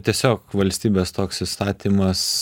tiesiog valstybės toks įstatymas